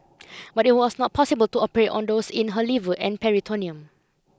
but it was not possible to operate on those in her liver and peritoneum